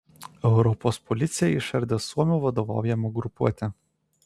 europos policija išardė suomių vadovaujamą grupuotę